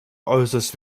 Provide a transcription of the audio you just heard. äußerst